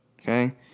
okay